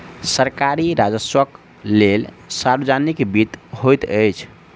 सरकारी राजस्वक लेल सार्वजनिक वित्त होइत अछि